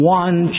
one